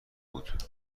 بود